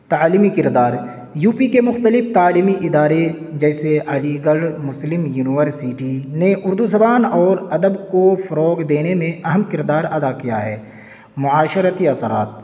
تعلیمی کردار U P کے مختلف تعلیمی ادارے جسے علی گڑھ مسلم یونیورسٹی نے اردو زبان اور ادب کو فروغ دینے میں اہم کردار ادا کیا ہے معاشرتی افراد